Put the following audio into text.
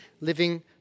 living